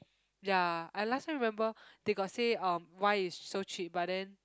ya I last still remember they got say um why is so cheap but then